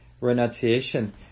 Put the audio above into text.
renunciation